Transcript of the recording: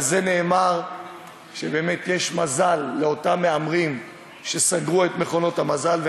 על זה נאמר שיש מזל לאותם מהמרים שסגרו את מכונות המזל.